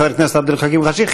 חבר הכנסת עבד אל חכים חאג' יחיא,